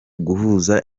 guhuza